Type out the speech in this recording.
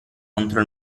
contro